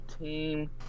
team